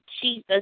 Jesus